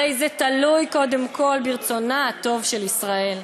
הרי זה תלוי קודם כול ברצונה הטוב של ישראל.